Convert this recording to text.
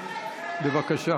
בבקשה.